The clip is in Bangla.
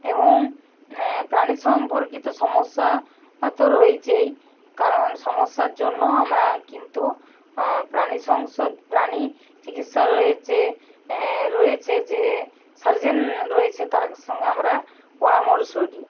এবং প্রাণী সম্পর্কিত সমস্যা তো রয়েছেই কারণ সমস্যার জন্য আমরা কিন্তু প্রাণী সংসদ প্রাণী চিকিৎসালয়ের যে রয়েছে যে সার্জেন রয়েছে তার সঙ্গে আমরা পরামর্শ নিই